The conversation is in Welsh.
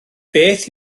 beth